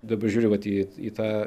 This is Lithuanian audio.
dabar žiūriu vat į į tą